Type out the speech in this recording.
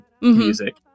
music